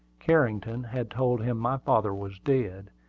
carrington had told him my father was dead,